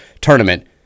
tournament